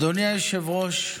אדוני היושב-ראש,